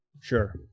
sure